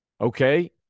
okay